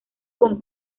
con